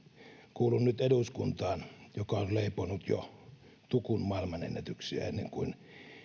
kuulun nyt eduskuntaan joka on leiponut jo tukun maailmanennätyksiä ennen kuin